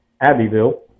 Abbeville